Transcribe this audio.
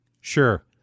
Sure